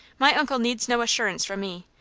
my uncle needs no assurance from me.